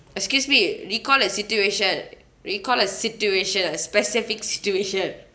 excuse me recall as situation recall a situation a specific situation